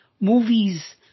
movies